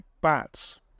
bats